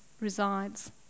resides